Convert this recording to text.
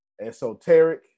esoteric